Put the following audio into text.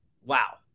wow